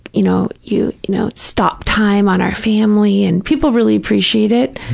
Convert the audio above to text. you know, you you know stopped time on our family, and people really appreciate it.